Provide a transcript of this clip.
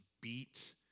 beat